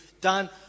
done